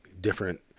different